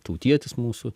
tautietis mūsų